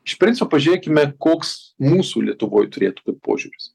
iš principo pažiūrėkime koks mūsų lietuvoj turėtų būt požiūris